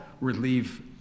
relieve